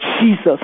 Jesus